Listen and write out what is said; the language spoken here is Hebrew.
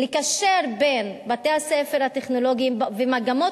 לקשר בין בתי-הספר הטכנולוגיים ומגמות